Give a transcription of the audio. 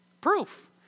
Proof